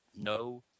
no